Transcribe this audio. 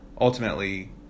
Ultimately